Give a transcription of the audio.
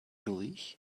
durch